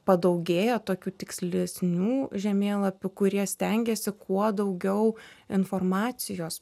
padaugėja tokių tikslesnių žemėlapių kurie stengiasi kuo daugiau informacijos